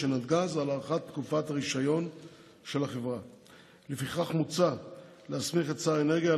התיקון הראשון הוא הסעיף שפוצל מהצעת חוק ההסדרים,